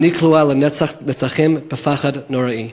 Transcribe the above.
אני כלואה לנצח נצחים בפחד נוראי".